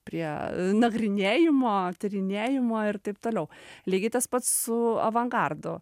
prie nagrinėjimo tyrinėjimo ir taip toliau lygiai tas pats su avangardu